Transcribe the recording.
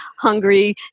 hungry